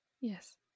Yes